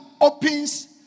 opens